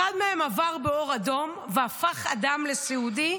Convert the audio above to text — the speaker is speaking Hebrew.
אחד מהם עבר באור אדום והפך אדם לסיעודי.